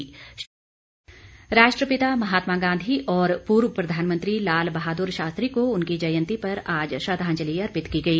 श्रद्वांजलि राष्ट्रपिता महात्मा गांधी और पूर्व प्रधानमंत्री लाल बहादुर शास्त्री को उनकी जयंती पर आज श्रद्वांजलि अर्पित की गई